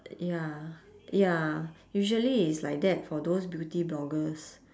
ya ya usually it's like that for those beauty bloggers